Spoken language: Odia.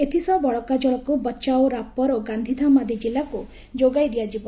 ଏଥିସହ ବଳକା ଜଳକୁ ବଚାଉ ରାପର ଓ ଗାନ୍ଧୀଧାମ ଆଦି ଜିଲ୍ଲାକୁ ଯୋଗାଇ ଦିଆଯିବ